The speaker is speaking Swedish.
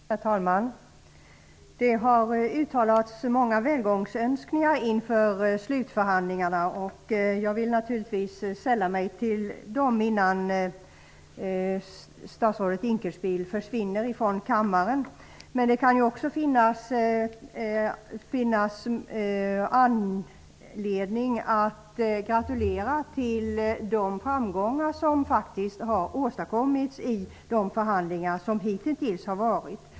Herr talman! Det är många som har uttalat välgångsönskningar inför slutförhandlingarna. Jag vill naturligtvis sälla mig till dem innan statsrådet Dinkelspiel försvinner från kammaren. Det kan också finnas anledning att gratulera till de framgångar som faktiskt har åstadkommits i de förhandlingar som hittills har varit.